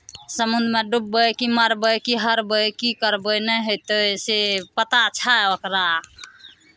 समुद्रमे डुबबै कि मरबै कि हरबै की करबै नहि हेतै से पता छै ओकरा